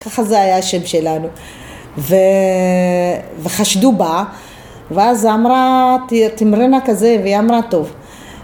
ככה זה היה השם שלנו, וחשדו בה, ואז היא אמרה, תמרנה כזה, והיא אמרה טוב.